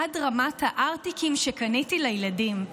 עד רמת הארטיקים שקניתי לילדים,